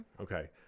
Okay